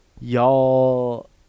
y'all